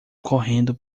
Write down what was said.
correndo